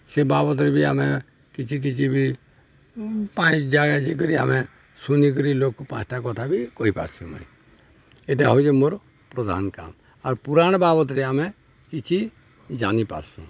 ସେ ବାବଦ୍ରେ ବି ଆମେ କିଛି କିଛି ବି ପା ଜାଗା ଯାଇକରି ଆମେ ଶୁନିକରି ଲୋକ୍ ପାଞ୍ଚଟା କଥା ବି କହିପାର୍ସୁଁ ନାଇଁ ଇଟା ହଉଛେ ମୋର୍ ପ୍ରଧାନ୍ କାମ୍ ଆର୍ ପୁରାଣ୍ ବାବଦ୍ରେ ଆମେ କିଛି ଜାନିପାର୍ସୁଁ